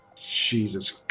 Jesus